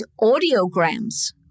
audiograms